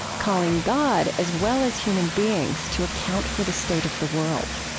calling god as well as human beings to account for the state of the world.